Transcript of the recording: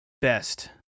best